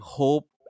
hope